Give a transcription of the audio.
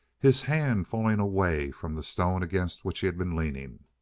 his hand falling away from the stone against which he had been leaning.